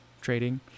trading